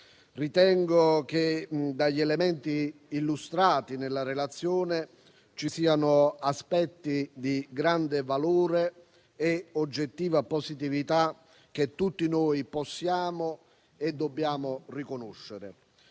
Ritengo che dagli elementi illustrati nella relazione emergano aspetti di grande valore e oggettiva positività che tutti noi possiamo e dobbiamo riconoscere.